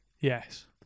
Yes